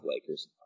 Lakers